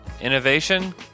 innovation